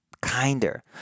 kinder